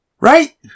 Right